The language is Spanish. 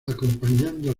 acompañando